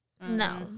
No